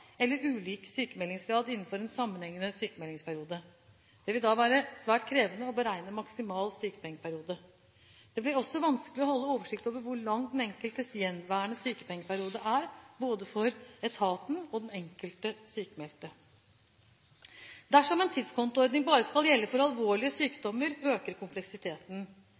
eller ulik sykmeldingsgrad innenfor en sammenhengende sykmeldingsperiode. Det vil da være svært krevende å beregne maksimal sykepengeperiode. Det blir også vanskelig å holde oversikt over hvor lang den enkeltes gjenværende sykepengeperiode er for både etaten og for den enkelte sykmeldte. Dersom en tidskontoordning bare skal gjelde for alvorlige sykdommer, øker kompleksiteten.